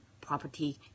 property